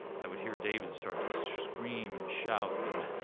i would hear david start to scream and shout. and